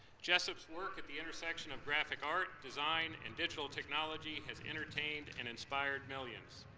jessup's work at the intersection of graphic art, design and digital technology has entertained and inspired millions.